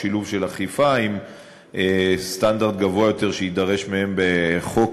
בשילוב של אכיפה עם סטנדרט גבוה יותר שיידרש מהן בחוק,